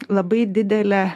labai didelę